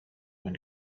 when